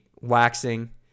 waxing